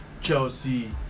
Chelsea